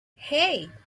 hey